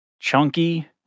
chunky